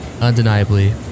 Undeniably